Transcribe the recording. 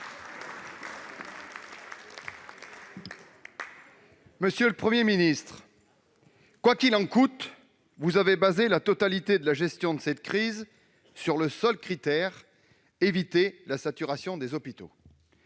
monsieur le Premier ministre, vous avez fondé la totalité de la gestion de cette crise sur un seul critère : éviter la saturation des hôpitaux.